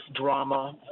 drama